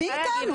מי איתנו?